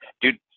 dude